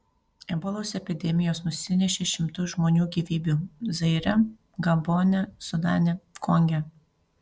ebolos epidemijos nusinešė šimtus žmonių gyvybių zaire gabone sudane konge